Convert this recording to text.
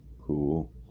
Cool